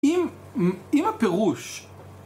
אם הפירוש